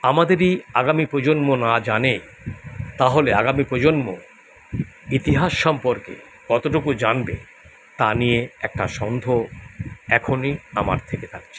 আমাদেরই আগামী প্রজন্ম না জানে তাহলে আগামী প্রজন্ম ইতিহাস সম্পর্কে কতটুকু জানবে তা নিয়ে একটা সন্দেহ এখনই আমার থেকে থাকছে